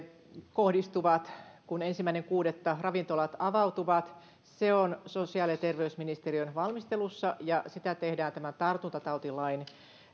kohdistuvat kun ensimmäinen kuudetta ravintolat avautuvat se on sosiaali ja terveysministeriön valmistelussa ja sitä tehdään tämän tartuntatautilain